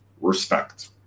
respect